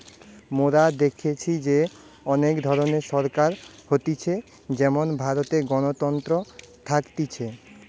মোরা দেখেছি যে অনেক ধরণের সরকার হতিছে যেমন ভারতে গণতন্ত্র থাকতিছে